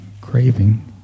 craving